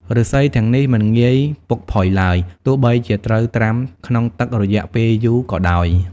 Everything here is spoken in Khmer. ឫស្សីទាំងនេះមិនងាយពុកផុយឡើយ ទោះបីជាត្រូវត្រាំក្នុងទឹករយៈពេលយូរក៏ដោយ។